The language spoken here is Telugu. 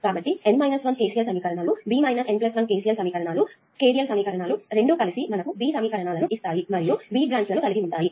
కాబట్టి N 1 KCL సమీకరణాలు B N1 KVL సమీకరణాలు రెండూ కలిసి మనకు B సమీకరణాలను ఇస్తాయి మరియు B బ్రాంచ్ లను కలిగి ఉన్నాము